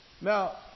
Now